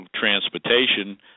transportation